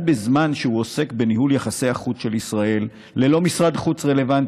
בזמן שהוא עוסק בניהול יחסי החוץ של ישראל ללא משרד חוץ רלוונטי,